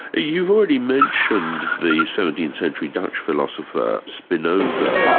you've already mentioned the seventeenth century dutch philosopher, spinoza,